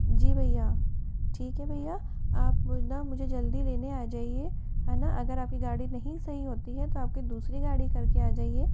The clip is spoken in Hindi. जी भैया ठीक है भैया आप ना मुझे जल्दी ले ने आ जाइए है ना अगर आप की गाड़ी नहीं सही होती है तो आपकी दूसरी गाड़ी करके आ जाइए